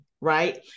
right